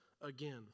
again